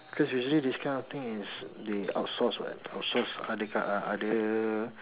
cause usually this kind of thing is they outsource [what] outsource other co~ uh other